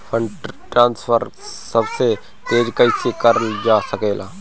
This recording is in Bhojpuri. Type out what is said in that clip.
फंडट्रांसफर सबसे तेज कइसे करल जा सकेला?